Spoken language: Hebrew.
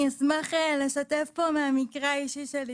אני אשמח לשתף פה מהמקרה האישי שלי.